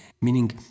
meaning